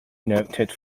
noted